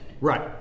Right